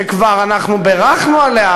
שכבר בירכנו עליה,